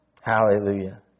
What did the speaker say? Hallelujah